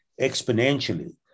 exponentially